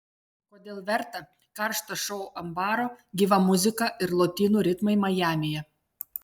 kodėl verta karštas šou ant baro gyva muzika ir lotynų ritmai majamyje